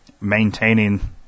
maintaining